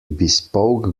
bespoke